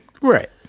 Right